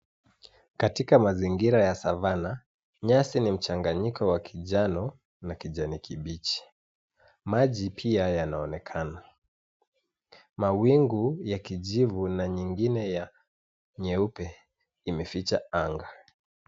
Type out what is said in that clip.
Katika mazingira ya savana , nyasi ni mchanganyiko wa kijano na kijani kibichi. Maji pia yanaonekana. Mawingu ya kijivu na nyingine ya nyeupe imeficha anga.